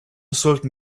sollten